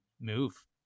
move